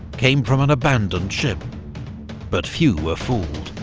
came from an abandoned ship but few were fooled.